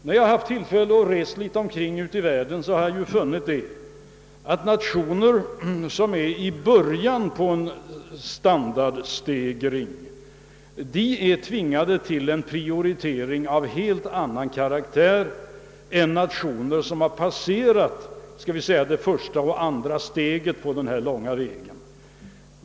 När jag har haft tillfälle att resa omkring litet ute i världen har jag funnit, att nationer som befinner sig i början på en standardstegring är tvingade till prioritering av en helt annan karaktär än nationer som har passerat låt mig säga det första och det andra steget på denna långa väg.